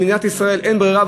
למדינת ישראל אין ברירה,